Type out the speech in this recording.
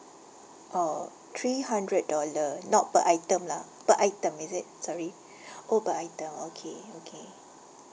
oh three hundred dollar not per item lah per item is it sorry oh per item okay okay